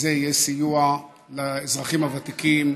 זה יהיה סיוע לאזרחים הוותיקים,